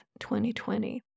2020